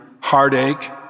heartache